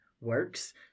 works